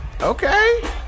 Okay